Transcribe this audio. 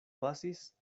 pasis